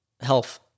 health